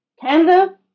Canada